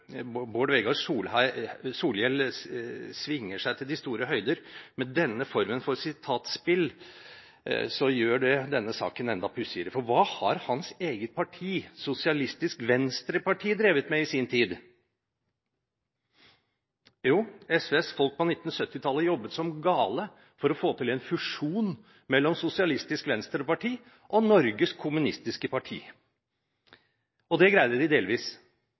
Bård Vegar Solhjell svinger seg til de store høyder med denne formen for sitatspill, så gjør det denne saken enda pussigere, for hva har hans eget parti, Sosialistisk Venstreparti, drevet med i sin tid? Jo, på 1970-tallet jobbet SVs folk som gale for å få til en fusjon mellom Sosialistisk Venstreparti og Norges Kommunistiske Parti, og det greide de delvis.